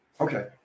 Okay